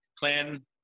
clan